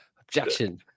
Objection